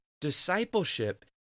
Discipleship